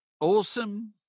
awesome